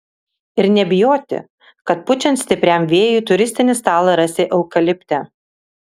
ir nebijoti kad pučiant stipriam vėjui turistinį stalą rasi eukalipte